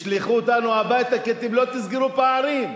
ישלחו אותנו הביתה, כי אתם לא תסגרו פערים,